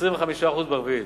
ו-25% ברביעית.